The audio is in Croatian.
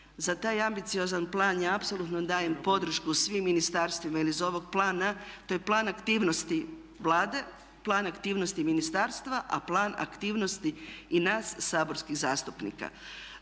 Za taj ambiciozan plan ja apsolutno dajem podršku svim ministarstvima jer iz ovog plana, to je plan aktivnosti Vlade, plan aktivnosti ministarstva, a plan aktivnosti i nas saborskih zastupnika.